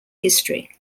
history